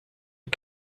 are